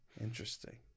Interesting